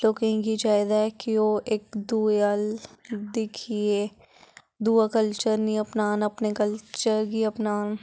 लोकें गी चाहिदा कि ओह् इक्क दुए अल्ल दिक्खियै दूआ कल्चर निं अपनान अपने कल्चर गी अपनान